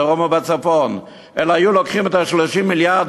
בדרום ובצפון אלא היו לוקחים את 30 המיליארד